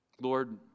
Lord